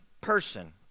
person